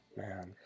man